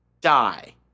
die